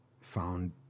found